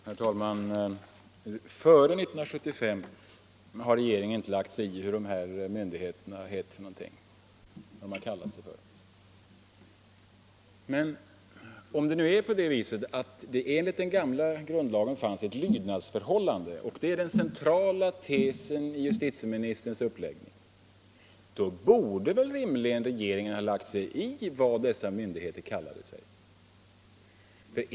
Herr talman! Före 1975 har regeringen inte lagt sig i vad dessa myndigheter har kallat sig. Men om det är så att det enligt den gamla grundlagen fanns ett lydnadsförhållande — och det är den centrala tesen i justitieministerns uppläggning — borde väl regeringen rimligen ha lagt sig i vad dessa myndigheter kallar sig?